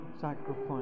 sacrifice